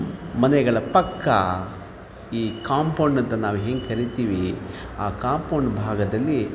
ಮನೆಗಳ ಪಕ್ಕ ಈ ಕಾಂಪೌಂಡ್ ಅಂತ ನಾವು ಏನು ಕರಿತೀವಿ ಆ ಕಾಂಪೌಂಡ್ ಭಾಗದಲ್ಲಿ